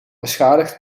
beschadigd